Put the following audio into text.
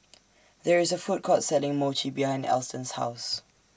There IS A Food Court Selling Mochi behind Alston's House